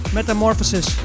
Metamorphosis